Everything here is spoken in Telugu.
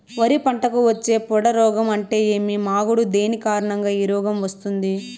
వరి పంటకు వచ్చే పొడ రోగం అంటే ఏమి? మాగుడు దేని కారణంగా ఈ రోగం వస్తుంది?